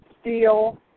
steel